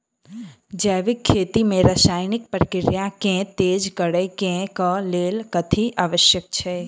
जैविक खेती मे रासायनिक प्रक्रिया केँ तेज करै केँ कऽ लेल कथी आवश्यक छै?